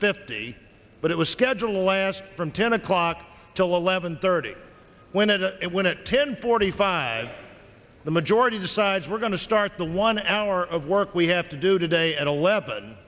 fifty but it was scheduled to last from ten o'clock till eleven thirty when it when at ten forty five the majority decides we're going to start the one hour of work we have to do today and eleven